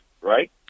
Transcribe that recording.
right